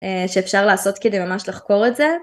שאפשר לעשות כדי ממש לחקור את זה.